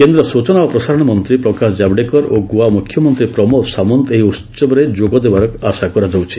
କେନ୍ଦ୍ର ସୂଚନା ଓ ପ୍ରସାରଣ ମନ୍ତ୍ରୀ ପ୍ରକାଶ ଜାବ୍ଡେକର ଓ ଗୋଆ ମୁଖ୍ୟମନ୍ତ୍ରୀ ପ୍ରମୋଦ ସାୱନ୍ତ ଏହି ଉହବରେ ଯୋଗ ଦେବାର ଆଶା କରାଯାଉଛି